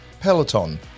Peloton